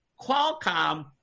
Qualcomm